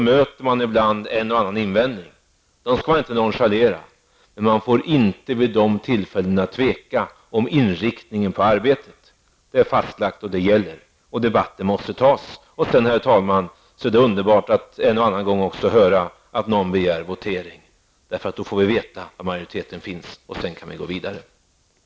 Det skall man inte nonchalera, men man får inte vid dessa tillfällen tveka om inriktningen av arbetet. Inriktningen är fastlagd. Det är det som gäller! Man får vara beredd att föra debatt. Sedan, herr talman, är det underbart att en och annan gång höra att någon begär votering. Då får vi veta vad majoriteten tycker. Sedan kan vi gå vidare.